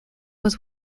was